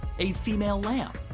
a female lamb.